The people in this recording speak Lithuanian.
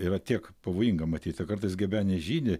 yra tiek pavojinga matyt kartais gebenė žydi